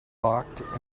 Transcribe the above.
balked